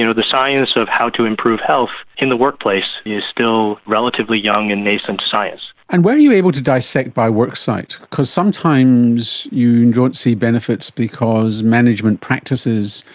you know the science of help to improve health in the workplace is still relatively young and nascent science. and were you able to dissect by worksite? because sometimes you don't see benefits because management practices,